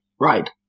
Right